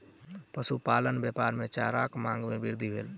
पशुपालन व्यापार मे चाराक मांग मे वृद्धि भेल